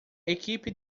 equipe